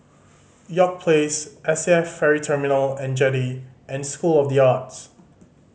York Place S A F Ferry Terminal And Jetty and School of The Arts